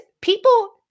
people